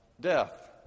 death